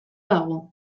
dago